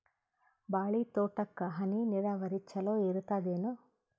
ಬಾಳಿ ತೋಟಕ್ಕ ಹನಿ ನೀರಾವರಿ ಚಲೋ ಇರತದೇನು?